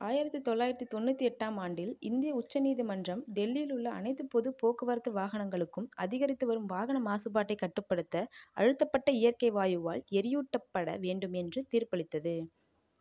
ஆயிரத்தி தொள்ளாயிரத்தி தொண்ணூற்றி எட்டாம் ஆண்டில் இந்திய உச்ச நீதிமன்றம் டெல்லியில் உள்ள அனைத்து பொதுப் போக்குவரத்து வாகனங்களுக்கும் அதிகரித்து வரும் வாகன மாசுபாட்டைக் கட்டுப்படுத்த அழுத்தப்பட்ட இயற்கை வாயுவால் எரியூட்டப்பட வேண்டும் என்று தீர்ப்பளித்தது